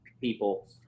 people